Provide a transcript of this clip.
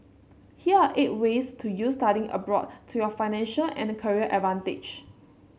here are eight ways to use studying abroad to your financial and career advantage